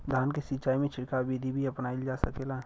धान के सिचाई में छिड़काव बिधि भी अपनाइल जा सकेला?